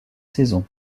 saison